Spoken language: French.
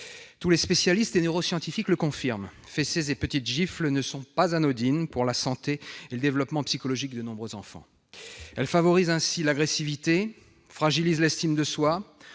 Tous les spécialistes et neuroscientifiques le confirment : fessées et « petites » gifles ne sont pas anodines pour la santé et le développement psychologique de nombreux enfants. Elles favorisent l'agressivité, fragilisent l'estime de soi,